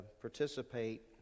participate